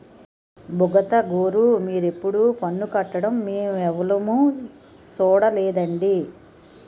బుగతగోరూ మీరెప్పుడూ పన్ను కట్టడం మేమెవులుమూ సూడలేదండి